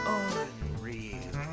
unreal